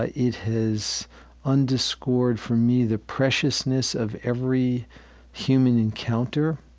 ah it has underscored for me the preciousness of every human encounter.